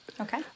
Okay